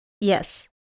Yes